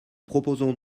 proposons